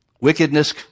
Wickedness